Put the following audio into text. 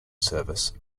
service